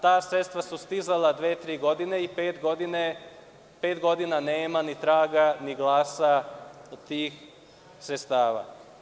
Ta sredstva su stizala dve, tri godine i pet godina nema ni traga ni glasa od tih sredstava.